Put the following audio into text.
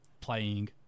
playing